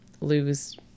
lose